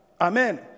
Amen